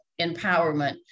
empowerment